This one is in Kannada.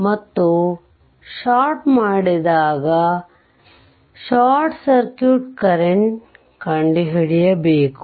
ಮತ್ತು ಷಾರ್ಟ್ ಮಾಡಿದಾಗ ಶಾರ್ಟ್ ಸರ್ಕ್ಯೂಟ್ ಕರೆಂಟ್ ಕಂಡುಹಿಡಿಯಬೇಕು